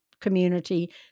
community